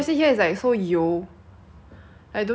买 K_F_C I mean I don't buy K_F_C often ah